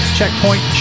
Checkpoint